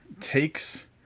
takes